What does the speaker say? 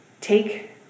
Take